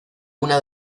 una